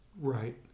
right